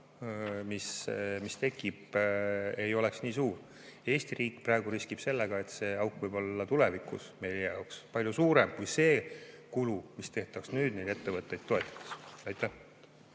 mis tekib, ei oleks nii suur. Eesti riik praegu riskib sellega, et see auk võib olla tulevikus meie jaoks palju suurem kui see kulu, mis tehtaks nüüd neid ettevõtteid toetades. Aitäh!